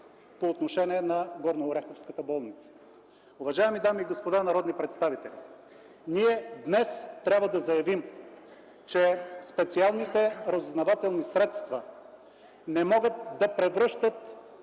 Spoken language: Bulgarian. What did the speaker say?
по отношение на Горнооряховската болница. Уважаеми дами и господа народни представители, ние днес трябва да заявим, че специалните разузнавателни средства не могат да превръщат